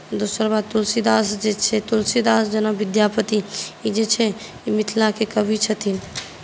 दोसर बात तुलसीदासजी छै तुलसीदास जेना विद्यापति ई जे छै मिथिलाकेँ कवी छथिन